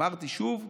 אמרתי, שוב,